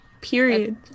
Period